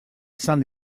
esan